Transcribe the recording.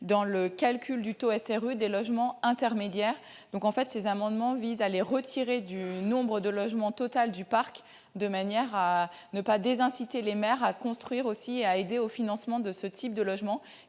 dans le calcul du taux SRU, les logements intermédiaires. Ces amendements visent à les retirer du nombre de logements total du parc, de manière à ne pas désinciter les maires à construire et à aider au financement de ce type de logements,